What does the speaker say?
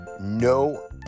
No